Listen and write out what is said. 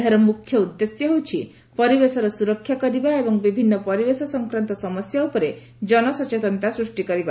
ଏହାର ମୁଖ୍ୟ ଉଦ୍ଦେଶ୍ୟ ହେଉଛି ପରିବେଶର ସୁରକ୍ଷା କରିବା ଏବଂ ବିଭିନ୍ନ ପରିବେଶ ସଫକ୍ରାନ୍ତ ସମସ୍ୟା ଉପରେ ଜନସଚେତନତା ସୃଷ୍ଟି କରିବା